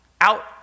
out